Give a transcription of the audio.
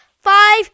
five